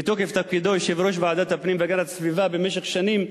מתוקף תפקידו כיושב-ראש ועדת הפנים והגנת הסביבה במשך שנים,